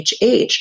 HH